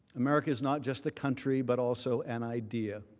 america is not just a country but also an idea.